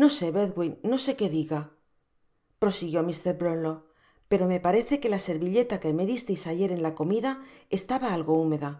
no sé bedwin no sé que diga prosiguió mr brownlow pero me parece que la servilleta que me disteis ayer en la comida estaba algo húmeda